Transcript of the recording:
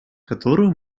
которую